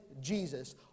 Jesus